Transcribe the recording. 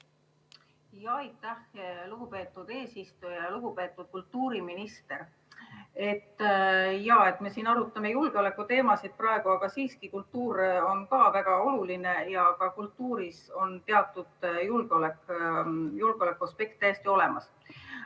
Aitäh, lugupeetud eesistuja! Lugupeetud kultuuriminister! Me arutame praegu julgeolekuteemasid, aga siiski kultuur on ka väga oluline ja ka kultuuris on teatud julgeolekuaspekt täiesti olemas.